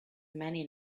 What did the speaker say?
many